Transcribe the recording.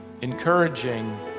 encouraging